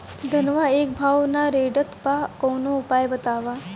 धनवा एक भाव ना रेड़त बा कवनो उपाय बतावा?